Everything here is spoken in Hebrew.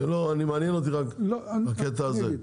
מעניין אותי רק הקטע הזה.